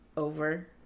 over